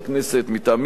מטעמים מיוחדים,